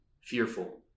fearful